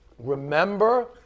Remember